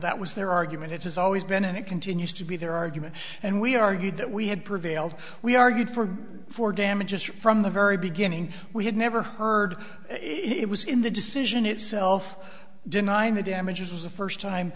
that was their argument it has always been and it continues to be their argument and we argued that we had prevailed we argued for for damages from the very beginning we had never heard it was in the decision itself denying the damages was the first time